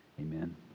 Amen